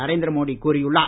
நரேந்திரமோடி கூறியுள்ளார்